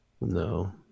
No